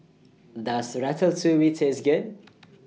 Does Ratatouille Taste Good